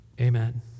Amen